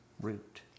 root